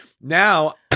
Now